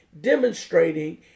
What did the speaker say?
demonstrating